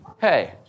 hey